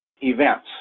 events